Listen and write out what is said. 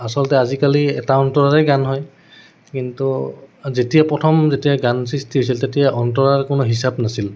আচলতে আজিকালি এটা অন্তৰাৰে গান হয় কিন্তু যেতিয়া প্ৰথম যেতিয়া গান সৃষ্টি হৈছিল তেতিয়া অন্তৰাৰ কোনো হিচাপ নাছিল